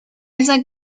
esa